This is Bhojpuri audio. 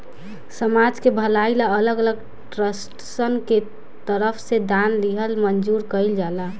समाज के भलाई ला अलग अलग ट्रस्टसन के तरफ से दान लिहल मंजूर कइल जाला